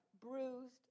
bruised